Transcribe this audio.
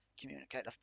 communicate